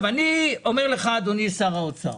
אני אומר לך, אדוני שר האוצר,